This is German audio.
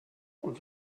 und